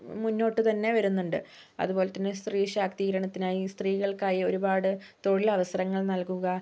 മുന്നോട്ട് തന്നെ വരുന്നുണ്ട് അതുപോലെതന്നെ സ്ത്രീ ശാക്തീകരണത്തിനായി സ്ത്രീകൾക്കായി ഒരുപാട് തൊഴിലവസരങ്ങൾ നൽകുക